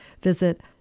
visit